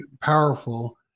powerful